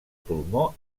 pulmó